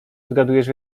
odgadujesz